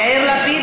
יאיר לפיד?